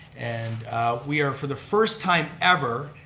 and we are for the first time ever,